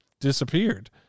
disappeared